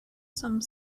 some